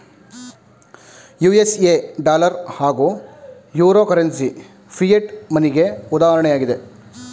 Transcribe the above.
USA dollar ಹಾಗೂ euro currency fiat ಮನಿಗೆ ಉದಾಹರಣೆಯಾಗಿದೆ